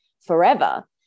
forever